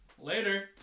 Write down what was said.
Later